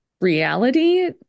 reality